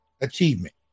achievement